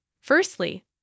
Firstly